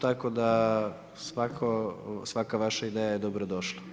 Tako da svaka vaša ideja je dobro došla.